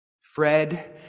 Fred